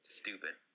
stupid